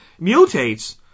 mutates